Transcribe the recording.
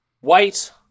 white